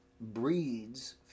breeds